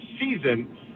season